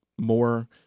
more